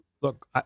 look